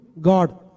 God